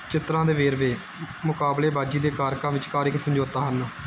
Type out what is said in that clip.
ਚਿੱਤਰਾਂ ਦੇ ਵੇਰਵੇ ਮੁਕਾਬਲੇਬਾਜ਼ੀ ਦੇ ਕਾਰਕਾਂ ਵਿਚਕਾਰ ਇੱਕ ਸਮਝੌਤਾ ਹਨ